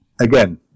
again